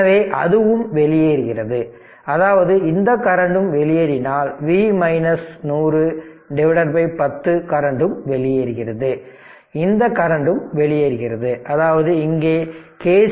எனவே அதுவும் வெளியேறுகிறது அதாவது இந்த கரண்ட்டும் வெளியேறினால் V 100 10 கரண்ட்டும் வெளியேறுகிறது இந்த கரண்ட்டும் வெளியேறுகிறது அதாவது இங்கே கே